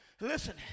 Listen